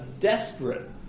desperate